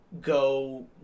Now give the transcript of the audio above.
go